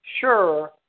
sure